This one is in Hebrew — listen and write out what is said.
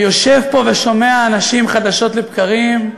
אני יושב פה ושומע אנשים, חדשות לבקרים,